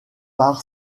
par